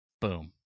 boom